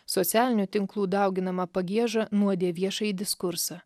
socialinių tinklų dauginama pagieža nuodija viešąjį diskursą